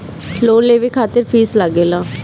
Loan लेवे खातिर fees लागेला?